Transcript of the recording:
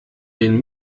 den